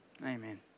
Amen